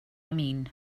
mean